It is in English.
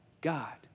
God